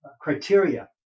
criteria